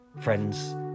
Friends